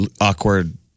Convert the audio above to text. awkward